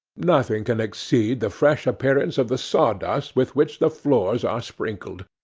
nothing can exceed the fresh appearance of the saw-dust with which the floors are sprinkled.